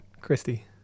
Christy